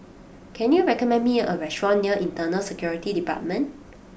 can you recommend me a restaurant near Internal Security Department